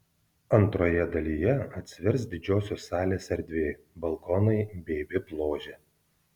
antroje dalyje atsivers didžiosios salės erdvė balkonai bei vip ložė